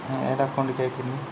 ആ ഏത് അക്കൗണ്ടിലേക്കാണ് അയക്കണ്ടത്